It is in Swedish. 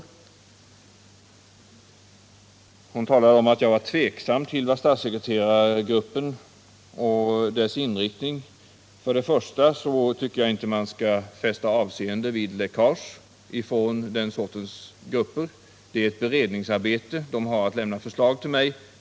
Birgitta Dahl talar vidare om att jag var tveksam inför statssekreterargruppen och dess inriktning. Först och främst tycker jag inte att man skall fästa avseende vid läckage från olika grupper. Den här gruppen gör ett beredningsarbete och har att lämna förslag till mig.